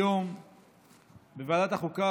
היום בוועדת החוקה,